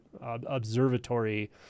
observatory